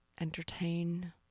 entertain